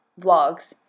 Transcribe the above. vlogs